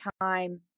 time